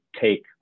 take